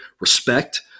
respect